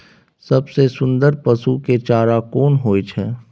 सबसे सुन्दर पसु के चारा कोन होय छै?